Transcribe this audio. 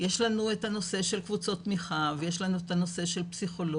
יש לנו את הנושא של קבוצות תמיכה ויש לנו את הנושא של פסיכולוג,